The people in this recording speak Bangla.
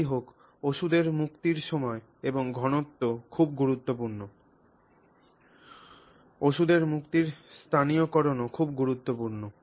যাইহোক ওষুধের মুক্তির সময় এবং ঘনত্ব খুব গুরুত্বপূর্ণ ওষুধের মুক্তির স্থানীয়করণও খুব গুরুত্বপূর্ণ